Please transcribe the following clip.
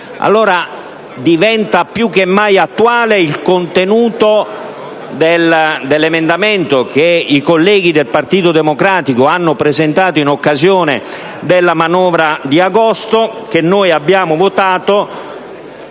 Allora diventa più che mai attuale il contenuto dell'emendamento che i colleghi del Partito Democratico hanno presentato in occasione della manovra di agosto che abbiamo votato,